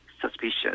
suspicious